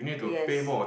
uh yes